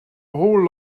whole